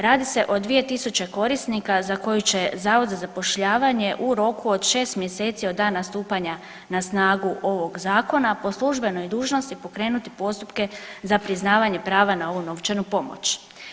Radi se o 2000 korisnika za koji će Zavod za zapošljavanje u roku od 6 mjeseci od dana stupanja na snagu ovog zakona po službenoj dužnosti pokrenuti postupke za priznavanje prava na ovu novčanu pomoć.